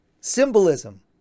symbolism